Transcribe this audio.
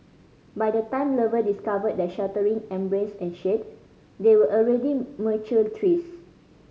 by the time lover discovered their sheltering embrace and shade they were already mature trees